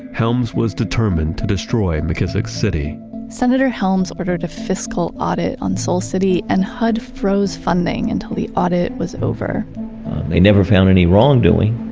helms was determined to destroy mckissick's city senator helms ordered a fiscal audit on soul city and hud froze funding until the audit was over they never found any wrongdoing.